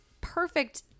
perfect